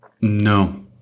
No